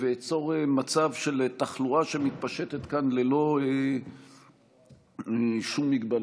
ואצור מצב של תחלואה שמתפשטת כאן ללא שום הגבלות.